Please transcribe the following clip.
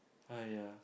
!aiya!